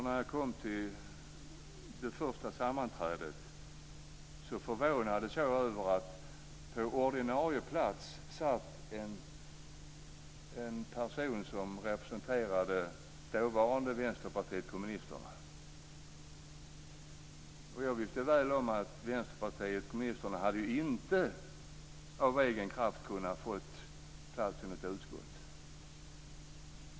När jag kom till det första sammanträdet förvånades jag över att det på ordinarie plats satt en person som representerade dåvarande Vänsterpartiet kommunisterna. Jag kände väl till att Vänsterpartiet åtminstone inte av egen kraft hade kunnat få plats i något utskott.